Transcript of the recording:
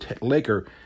Laker